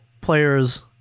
players